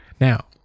Now